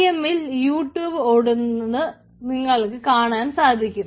vm ൽ YouTube ഓടുന്നത് നിങ്ങൾക്ക് കാണാൻ സാധിക്കും